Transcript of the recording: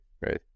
right